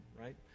right